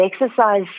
exercise